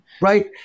Right